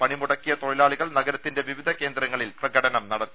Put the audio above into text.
പണിമുടക്കിയ തൊഴിലാളികൾ നഗരത്തിൻറെ വിവിധ കേന്ദ്രങ്ങളിൽ പ്രകടനം നടത്തി